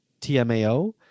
TMAO